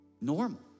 normal